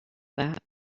that